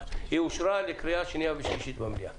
אושרה לקריאה שנייה ושלישית במליאה.